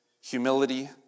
humility